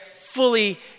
fully